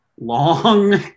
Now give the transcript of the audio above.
Long